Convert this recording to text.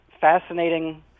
fascinating